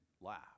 Laugh